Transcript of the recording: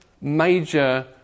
major